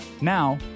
Now